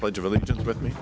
pledge of allegiance with me